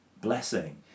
blessing